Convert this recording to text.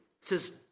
says